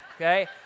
Okay